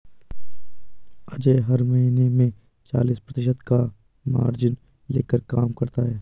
अजय हर महीने में चालीस प्रतिशत का मार्जिन लेकर काम करता है